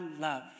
love